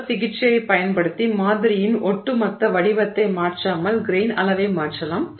வெப்ப சிகிச்சையைப் பயன்படுத்தி மாதிரியின் ஒட்டுமொத்த வடிவத்தை மாற்றாமல் கிரெய்ன் அளவை மாற்றலாம்